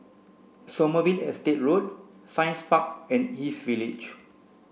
Sommerville Estate Road Science Park and East Village